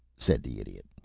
said the idiot.